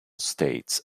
states